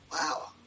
Wow